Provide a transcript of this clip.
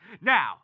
Now